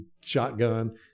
shotgun